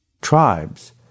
Tribes